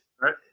Right